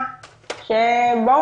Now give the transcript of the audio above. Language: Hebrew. והקשבתי קשב רב,